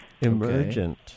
Emergent